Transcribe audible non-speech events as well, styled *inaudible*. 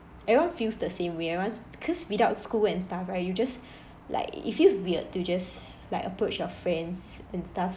everyone feels the same way everyone cause without school and stuff right you just *breath* like it feels weird to just like approach your friends and stuff